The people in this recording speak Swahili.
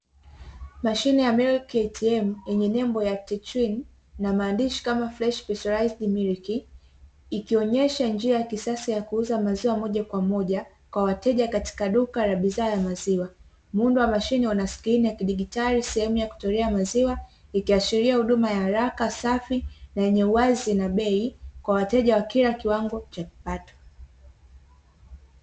Mashine ya "MILK ATM" yenye nembo ya "tichwini" na maandishi kama "freshi kraistoraizidi milki" ikionyesha njia ya kisasa ya kuuza maziwa moja kwa moja kwa wateja katika duka la bidhaa za maziwa, muundo wa mashine una skrini ya kidijitali sehemu ya kutolea maziwa ikiashiria huduma ya haraka, safi na yenye uwazi na bei kwa wateja wa kila kiwango cha kipato.